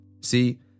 See